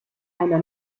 einer